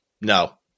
no